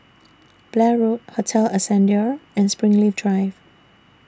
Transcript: Blair Road Hotel Ascendere and Springleaf Drive